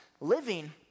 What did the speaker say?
Living